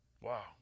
Wow